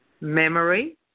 memory